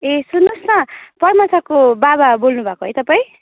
ए सुन्नुहोस् न पर्मसाको बाबा बोल्नुभएको है तपाईँ